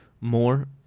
more